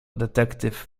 detektyw